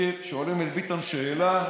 שואלים את ביטן שאלה,